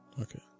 Okay